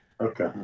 Okay